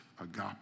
agape